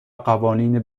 قوانین